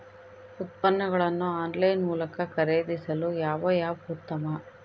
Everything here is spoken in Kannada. ಉತ್ಪನ್ನಗಳನ್ನು ಆನ್ಲೈನ್ ಮೂಲಕ ಖರೇದಿಸಲು ಯಾವ ಆ್ಯಪ್ ಉತ್ತಮ?